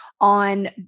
on